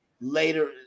later